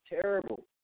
terrible